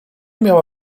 miała